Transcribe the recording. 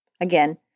again